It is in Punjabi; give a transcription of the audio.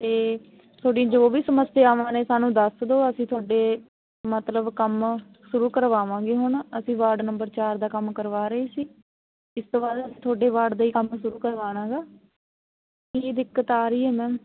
ਅਤੇ ਤੁਹਾਡੀ ਜੋ ਵੀ ਸਮੱਸਿਆਵਾਂ ਨੇ ਸਾਨੂੰ ਦੱਸ ਦਿਓ ਅਸੀਂ ਤੁਹਾਡੇ ਮਤਲਬ ਕੰਮ ਸ਼ੁਰੂ ਕਰਵਾਵਾਂਗੇ ਹੁਣ ਅਸੀਂ ਵਾਰਡ ਨੰਬਰ ਚਾਰ ਦਾ ਕੰਮ ਕਰਵਾ ਰਹੇ ਸੀ ਇਸ ਤੋਂ ਬਾਅਦ ਤੁਹਾਡੇ ਵਾਰਡ ਦਾ ਹੀ ਕੰਮ ਸ਼ੁਰੂ ਕਰਵਾਉਣਾ ਗਾ ਕੀ ਦਿੱਕਤ ਆ ਰਹੀ ਆ ਮੈਮ